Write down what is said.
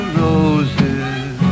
roses